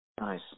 Nice